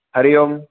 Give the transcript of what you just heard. हरियोम्